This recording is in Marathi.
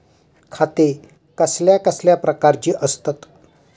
खाते कसल्या कसल्या प्रकारची असतत?